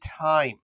time